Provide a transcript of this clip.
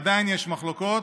עדיין יש מחלוקות,